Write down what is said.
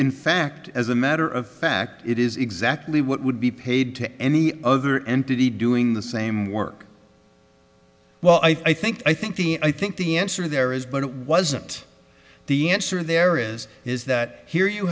in fact as a matter of fact it is exactly what would be paid to any other entity doing the same work well i think i think i think the answer there is but it wasn't the answer there is is that here you